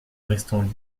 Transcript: restons